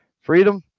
Freedom